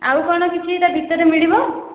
ଆଉ କ'ଣ କିଛି ତା ଭିତରେ ମିଳିବ